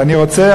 ואני רוצה,